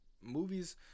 movies